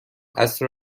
عصر